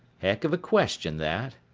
heck of a question, that